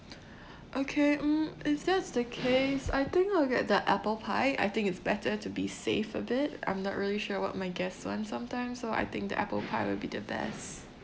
okay mm if that's the case I think I'll get the apple pie I think it's better to be safe a bit I'm not really sure what my guests want sometimes so I think the apple pie will be the best